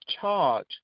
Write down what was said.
charge